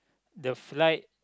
the flight